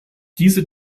diese